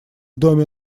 доме